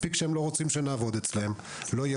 מספיק שהם לא רוצים שנעבוד אצלם ולא יהיה